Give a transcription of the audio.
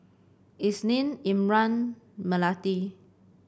Isnin Imran Melati